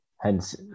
Hence